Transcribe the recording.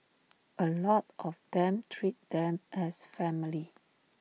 A lot of them treat them as family